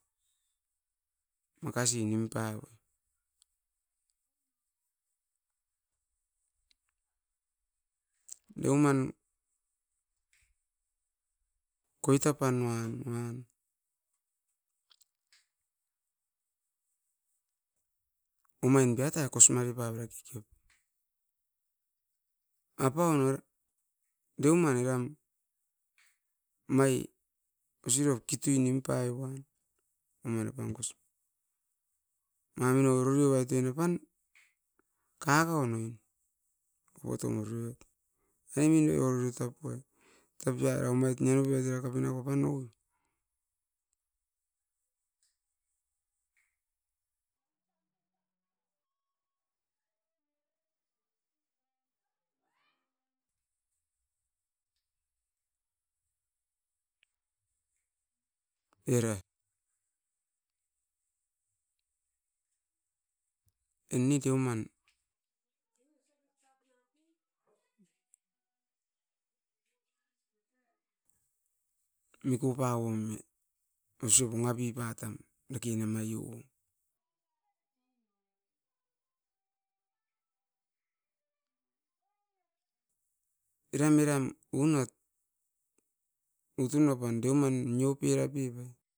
Makasi nimpavoi deuman koitapanuan omain biatai kosmare pavera kekeom apaun deuman era mai osirot kitui nimpaivan omain apan mamino ororiovait oin apan kakaun oin potom ororiot ainemi ororiotupaie tapie era omait nenoven kavenakat no apan no era ninde deuman mikupaoime osia makapipatam dake namaion eram eram unat utunuapan deuman nioperapep ai